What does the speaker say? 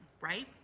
right